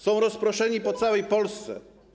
Są rozproszeni po całej Polsce.